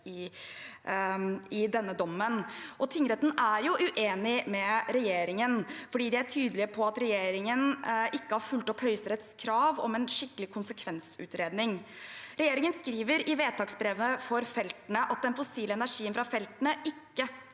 i denne dommen. Tingretten er jo uenig med regjeringen. De er tydelige på at regjeringen ikke har fulgt opp Høyesteretts krav om en skikkelig konsekvensutredning. Regjeringen skriver i vedtaksbrevet for feltene at den fossile energien fra feltene ikke